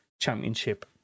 championship